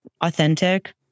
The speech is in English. authentic